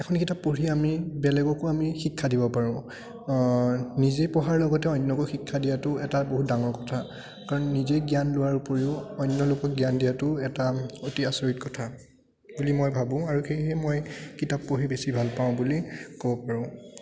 এখন কিতাপ পঢ়ি আমি বেলেগকো আমি শিক্ষা দিব পাৰোঁ নিজে পঢ়াৰ লগতে অন্যকো শিক্ষা দিয়াটো এটা বহুত ডাঙৰ কথা কাৰণ নিজে জ্ঞান লোৱাৰ উপৰিও অন্য লোকক জ্ঞান দিয়াটোও এটা অতি আচৰিত কথা বুলি মই ভাবোঁ আৰু সেয়েহে মই কিতাপ পঢ়ি বেছি ভালপাওঁ বুলি ক'ব পাৰোঁ